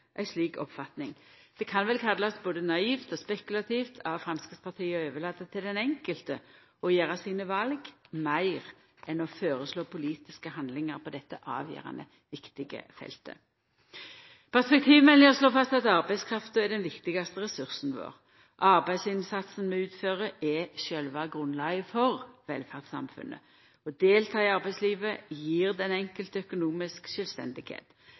ei slik oppfatning. Det kan vel kallast både naivt og spekulativt av Framstegspartiet å overlata til den enkelte å gjera sine val, meir enn å føreslå politiske handlingar på dette avgjerande, viktige feltet. Perspektivmeldinga slår fast at arbeidskrafta er den viktigaste ressursen vår. Arbeidsinnsatsen vi utfører, er sjølve grunnlaget for velferdssamfunnet. Å delta i arbeidslivet gjev den enkelte økonomisk